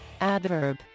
adverb